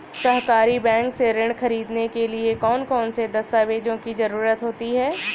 सहकारी बैंक से ऋण ख़रीदने के लिए कौन कौन से दस्तावेजों की ज़रुरत होती है?